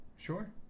Sure